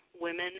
women